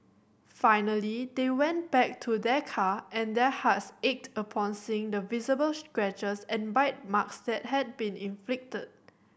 finally they went back to their car and their hearts ached upon seeing the visible scratches and bite marks that had been inflicted